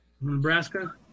Nebraska